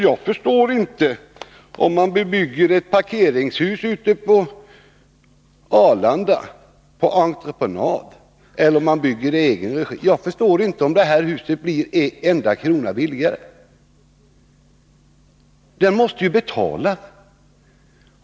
Jag förstår inte hur ett parkeringshus på Arlanda byggt på entreprenad kan bli en enda krona billigare än om det byggs i egen regi. Det måste ju betalas.